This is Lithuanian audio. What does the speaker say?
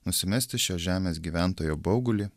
nusimesti šio žemės gyventojo baugulį